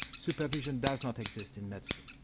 supervision does not exist in medicine,